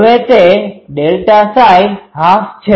હવે તે 12 છે